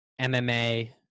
MMA